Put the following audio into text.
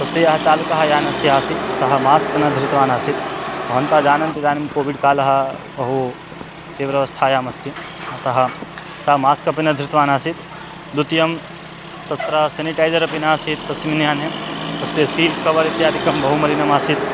तस्य यः चालकः यानस्य आसीत् सः मास्क् न धृतवान् आसीत् भवन्तः जानन्ति इदानीं कोविड् कालः बहु तीव्र अवस्थायामस्ति अतः सा मास्क् अपि न धृत्वान् आसीत् द्वितीयं तत्र सेनिटैज़र् अपि नासीत् तस्मिन् याने तस्य सीट् कवर् इत्यादिकं बहु मलिनम् आसीत्